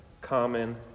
common